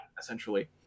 essentially